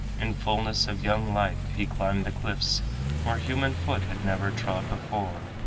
in fullness of young life he climbed the cliffs where human foot had never trod before.